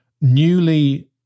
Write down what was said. newly